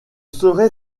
serait